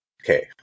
okay